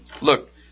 Look